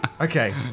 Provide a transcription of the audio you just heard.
Okay